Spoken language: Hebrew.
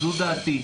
זו דעתי.